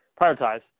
prioritize